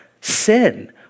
sin